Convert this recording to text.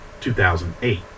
2008